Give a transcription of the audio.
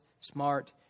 smart